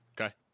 Okay